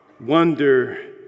Wonder